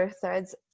Threads